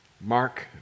Mark